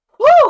Woo